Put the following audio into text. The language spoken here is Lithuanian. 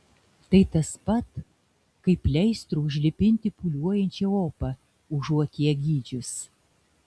tai tas pat kaip pleistru užlipinti pūliuojančią opą užuot ją gydžius